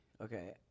okay